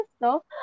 no